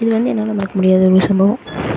இது வந்து என்னால் மறக்க முடியாத ஒரு சம்பவம்